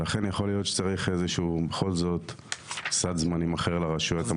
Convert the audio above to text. ולכן יכול להיות שצריך איזשהו בכל זאת סד זמנים אחר לרשויות המקומיות.